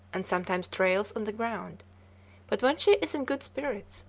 and sometimes trails on the ground but when she is in good spirits,